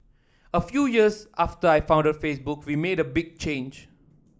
a few years after I founded Facebook we made a big change